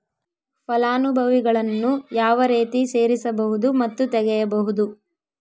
ಫಲಾನುಭವಿಗಳನ್ನು ಯಾವ ರೇತಿ ಸೇರಿಸಬಹುದು ಮತ್ತು ತೆಗೆಯಬಹುದು?